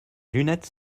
lunettes